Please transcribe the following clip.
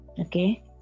Okay